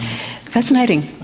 fascinating.